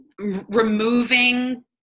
removing